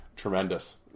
Tremendous